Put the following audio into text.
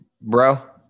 Bro